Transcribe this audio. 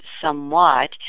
somewhat